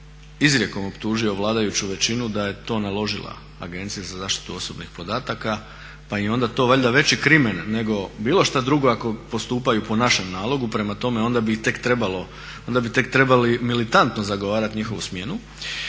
izrijekom optužio vladajuću većinu da je to naložila Agenciji za zaštitu osobnih podataka pa im je to onda veći krimen nego bilo šta drugo ako postupaju po našem nalogu, prema tome onda bi ih tek trebalo, onda bi tek trebali militantno zagovarati njihovu smjenu